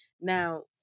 Now